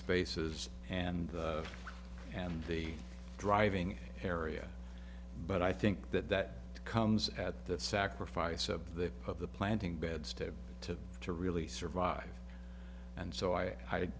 spaces and and the driving area but i think that that comes at the sacrifice of the of the planting beds to to to really survive and so i i